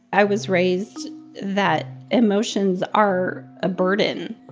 i was raised that emotions are a burden,